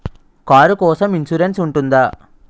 Car కోసం insurance ఉంటుందా?